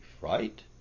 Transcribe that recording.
right